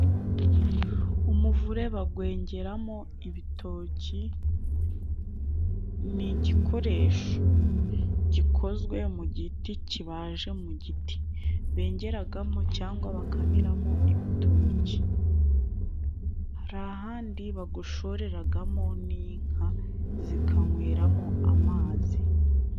Umuvure bagwengeramo ibitoki ,nigikoresho gikozwe mu giti kibaje mu giti bengeragamo cyangwa bakamiramo ibitoki. hari ahandi bagushoreragamo n'inka zikanyweramo amazi.